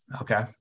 okay